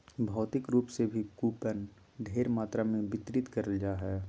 भौतिक रूप से भी कूपन ढेर मात्रा मे वितरित करल जा हय